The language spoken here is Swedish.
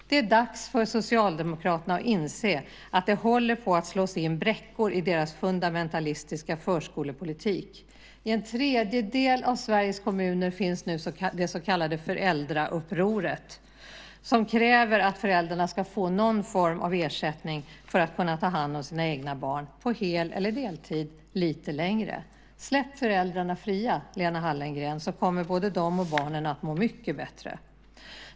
Det är dags för Socialdemokraterna att inse att det håller på att slås in bräckor i deras fundamentalistiska förskolepolitik. I en tredjedel av Sveriges kommuner finns nu det så kallade föräldraupproret som kräver att föräldrarna ska få någon form av ersättning för att kunna ta hand om sina egna barn, på hel eller deltid, lite längre. Släpp föräldrarna fria, Lena Hallengren, så kommer både de och barnen att må mycket bättre!